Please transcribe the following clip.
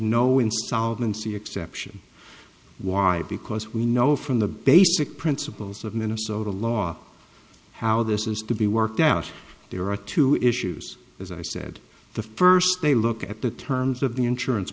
insolvency exception why because we know from the basic principles of minnesota law how this is to be worked out there are two issues as i said the first they look at the terms of the insurance